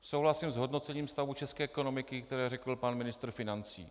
Souhlasím s hodnocením stavu české ekonomiky, které řekl pan ministr financí.